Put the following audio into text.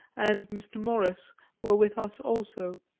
and mr. morris were with us also.